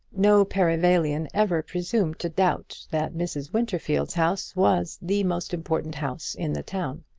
no perivalian ever presumed to doubt that mrs. winterfield's house was the most important house in the town.